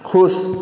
खुश